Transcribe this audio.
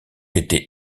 été